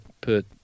put